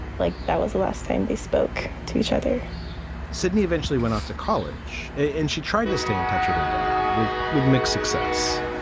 like, that was the last time they spoke to each other sydney eventually went off to college and she tried to stay in touch with their dad. with with mixed success.